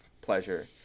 pleasure